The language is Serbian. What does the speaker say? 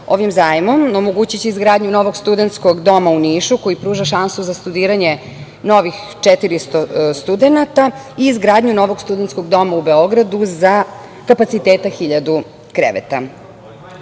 ovim zajmom omogućiće izgradnju novog studentskog doma u Nišu koji pruža šansu za studiranje novih 400 studenata i izgradnju novog studentskog doma u Beogradu za kapacitet 1.000 kreveta. Prema